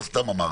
לא סתם אמרתי.